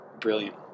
brilliant